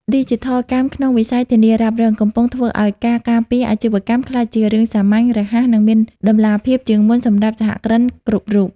ឌីជីថលកម្មក្នុងវិស័យធានារ៉ាប់រង កំពុងធ្វើឱ្យការការពារអាជីវកម្មក្លាយជារឿងសាមញ្ញ រហ័ស និងមានតម្លាភាពជាងមុនសម្រាប់សហគ្រិនគ្រប់រូប។